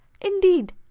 Indeed